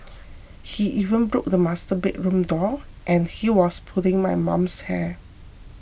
he even broke the master bedroom door and he was pulling my mum's hair